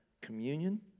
communion